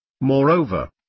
Moreover